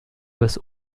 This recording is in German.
bis